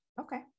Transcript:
Okay